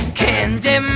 candy